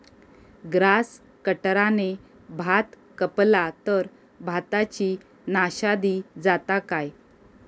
Grass कटराने भात कपला तर भाताची नाशादी जाता काय?